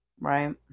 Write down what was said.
right